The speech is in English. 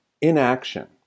inaction